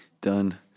done